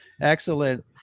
Excellent